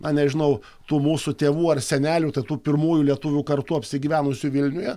na nežinau tų mūsų tėvų ar senelių tai tų pirmųjų lietuvių kartų apsigyvenusių vilniuje